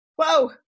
whoa